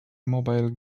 mobile